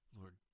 Lord